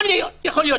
יכול להיות.